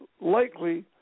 likely